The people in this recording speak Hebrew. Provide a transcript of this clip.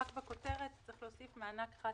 בכותרת צריך להוסיף: מענק חד-פעמי.